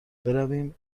برویم